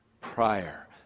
prior